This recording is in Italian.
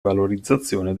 valorizzazione